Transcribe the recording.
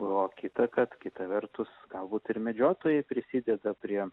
o kita kad kita vertus galbūt ir medžiotojai prisideda prie